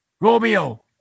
Romeo